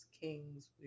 Kings